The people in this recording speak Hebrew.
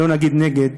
לא נצביע נגד.